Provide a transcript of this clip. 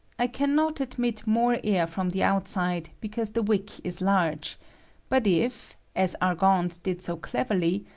i can not admit more air from the out side, because the wick is large but if, as ar gand did so cleverly,